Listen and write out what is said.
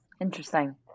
Interesting